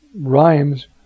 rhymes